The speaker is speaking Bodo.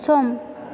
सम